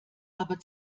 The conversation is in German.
aber